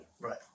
Right